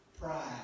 pride